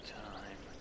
time